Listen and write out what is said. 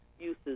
uses